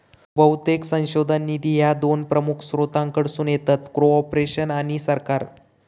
बहुतेक संशोधन निधी ह्या दोन प्रमुख स्त्रोतांकडसून येतत, कॉर्पोरेशन आणि सरकार